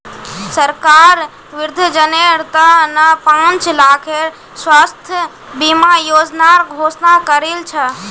सरकार वृद्धजनेर त न पांच लाखेर स्वास्थ बीमा योजनार घोषणा करील छ